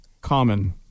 common